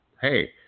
hey